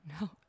No